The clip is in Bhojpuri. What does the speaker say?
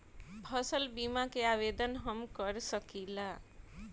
फसल बीमा के आवेदन हम कर सकिला?